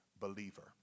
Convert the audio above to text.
believer